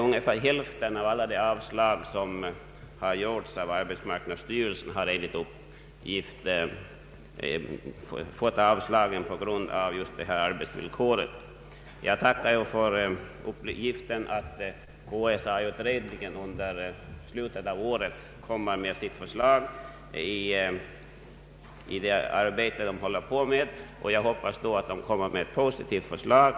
Ungefär hälften av alla som fått avslag av arbetsmarknadsstyrelsen har enligt uppgift fått det på grund av arbetsvillkoret. Jag tackar för uppgiften att KSA-utredningen väntas lägga fram sitt förslag i slutet av året, och jag hoppas att utredningen skall komma med ett positivt förslag.